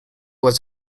was